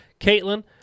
Caitlin